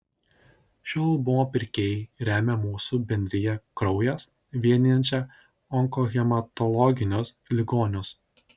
šio albumo pirkėjai remia mūsų bendriją kraujas vienijančią onkohematologinius ligonius